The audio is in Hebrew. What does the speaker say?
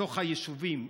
בתוך היישובים,